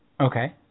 Okay